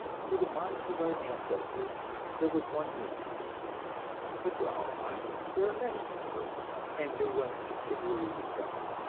to the minds of our ancestors there was one universe but to our minds there are many universes, and new ones continually discovered.